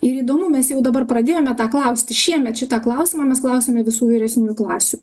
ir įdomu mes jau dabar pradėjome tą klausti šiemet šitą klausimą mes klausiame visų vyresniųjų klasių